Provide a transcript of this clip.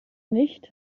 nicht